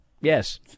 Yes